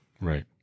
Right